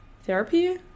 Therapy